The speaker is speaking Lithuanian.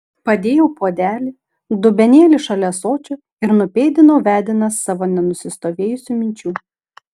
padėjau puodelį dubenėlį šalia ąsočio ir nupėdinau vedinas savo nenusistovėjusių minčių